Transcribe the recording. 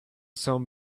sun